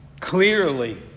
Clearly